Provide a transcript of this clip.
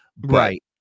right